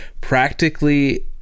practically